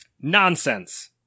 Nonsense